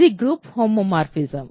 ఇది group homomorphism